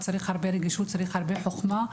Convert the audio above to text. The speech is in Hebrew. צריך הרבה רגישות והרבה חוכמה.